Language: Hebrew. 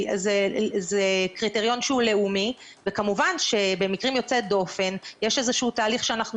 זה קריטריון שהוא לאומי וכמובן שבמקרים יוצאי דופן יש תהליך שאנחנו